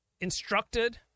instructed